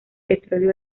petróleo